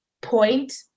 point